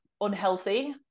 unhealthy